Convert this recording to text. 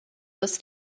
this